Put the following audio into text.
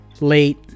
late